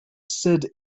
sid